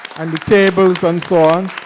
and the tables and so on.